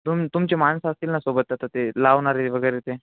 तुम तुमची माणसं असतील ना सोबत आता ते लावणारे वगैरे ते